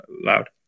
loud